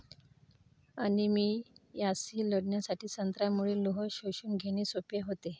अनिमियाशी लढण्यासाठी संत्र्यामुळे लोह शोषून घेणे सोपे होते